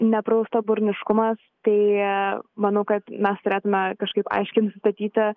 nepraustaburniškumas tai manau kad mes turėtumėme kažkaip aiškiai nusistatyti